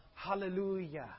Hallelujah